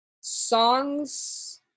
songs